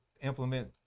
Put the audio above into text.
implement